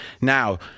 Now